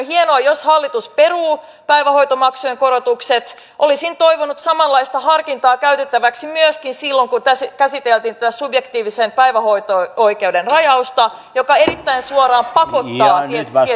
hienoa jos hallitus peruu päivähoitomaksujen korotukset olisin toivonut samanlaista harkintaa käytettäväksi myöskin silloin kun käsiteltiin tätä subjektiivisen päivähoito oikeuden rajausta joka erittäin suoraan pakottaa tietyt